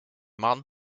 man